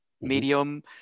medium